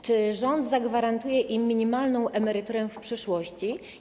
Czy rząd zagwarantuje im minimalną emeryturę w przyszłości?